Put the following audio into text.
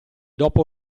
dopo